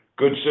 good